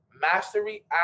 mastery